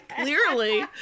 clearly